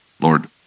Lord